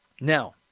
Now